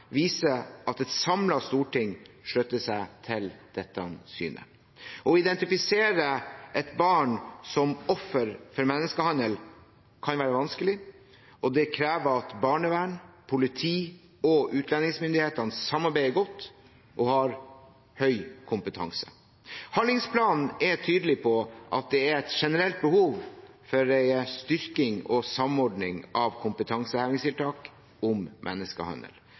viser at et samlet storting slutter seg til dette synet. Å identifisere et barn som offer for menneskehandel kan være vanskelig, og det krever at barnevern, politi og utlendingsmyndighetene samarbeider godt og har høy kompetanse. Handlingsplanen er tydelig på at det er et generelt behov for en styrking og samordning av kompetansehevingstiltak om menneskehandel.